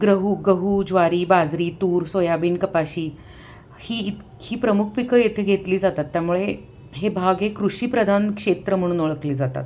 ग्रहू गहू ज्वारी बाजरी तूर सोयाबीन कपाशी ही इतकी प्रमुख पिकं इथे घेतली जातात त्यामुळे हे भाग हे कृषीप्रधान क्षेत्र म्हणून ओळखले जातात